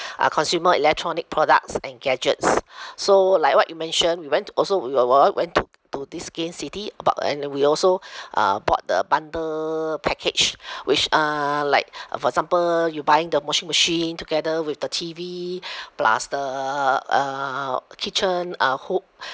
uh consumer electronic products and gadgets so like what you mentioned we went to also we were went to to this gain city bought and we also uh bought the bundle package which uh like uh for example you buying the washing machine together with the T_V plus the uh kitchen uh hob